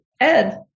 Ed